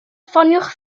ffoniwch